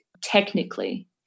technically